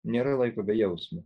nėra laiko bejausmio